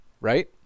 right